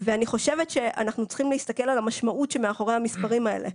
ואני חושבת שאנחנו צריכים להסתכל על המשמעות מאחורי המספרים האלה.